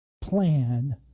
plan